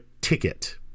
ticket